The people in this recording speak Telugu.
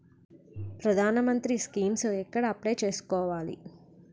ప్రధాన మంత్రి స్కీమ్స్ ఎక్కడ అప్లయ్ చేసుకోవాలి?